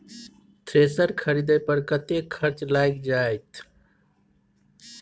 Thresher खरीदे पर कतेक खर्च लाईग जाईत?